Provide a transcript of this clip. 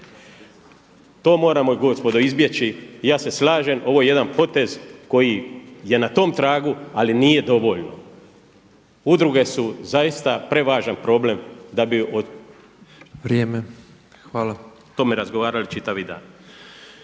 To moramo gospodo izbjeći i ja se slažem, ovo je jedan potez koji je na tom tragu, ali nije dovoljno. Udruge su zaista prevažan problem da bi … …/Upadica predsjednik: Vrijeme. Hvala./… O tome razgovarali čitavi dan.